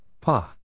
Pa